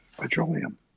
Petroleum